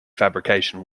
fabrication